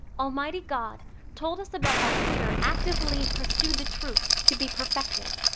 almighty god told us about how peter actively pursued the truth to be perfected.